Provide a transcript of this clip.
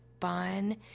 fun